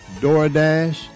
DoorDash